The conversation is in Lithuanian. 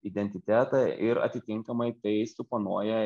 identitetą ir atitinkamai tai suponuoja